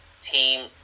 team